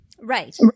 Right